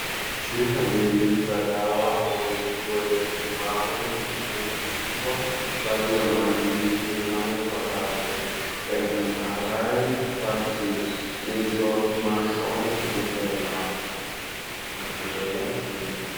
Chupa mbili za dawa moja ikiwa imesimama imefunikwa baadhi yao maandishi ni kama ifuatavyo, "MRRI Vaccine, Measles, Mumps and Rubela," na kando yake...